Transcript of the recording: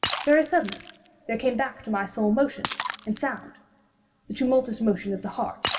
very suddenly there came back to my soul motion and sound the tumultuous motion of the heart,